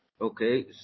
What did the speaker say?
Okay